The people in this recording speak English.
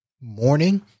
morning